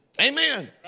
Amen